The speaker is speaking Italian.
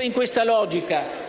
In questa stessa logica